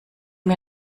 mir